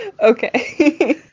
Okay